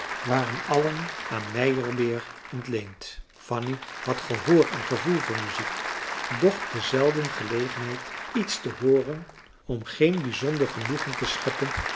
waren allen aan meijerbeer ontleend fanny had gehoor en gevoel voor muziek doch te zelden gelegenheid iets te hooren om geen bijzonder genoegen te scheppen